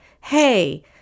hey